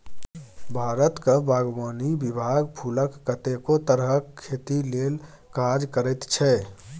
भारतक बागवानी विभाग फुलक कतेको तरहक खेती लेल काज करैत छै